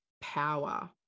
power